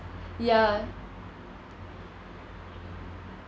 ya